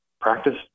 practice